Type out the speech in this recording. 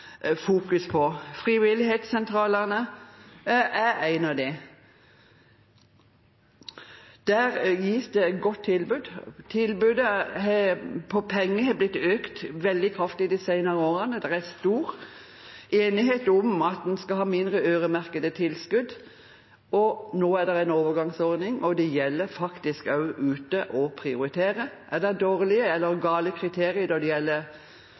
fokus på. Frivilligsentralene er en av dem. Der gis det et godt tilbud. Tilskuddet har økt kraftig de senere årene. Det er stor enighet om at man skal ha mindre øremerkede tilskudd. Nå er det en overgangsordning, og det gjelder at man faktisk prioriterer der ute. Er det dårlige eller feil kriterier når det gjelder